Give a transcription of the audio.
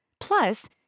Plus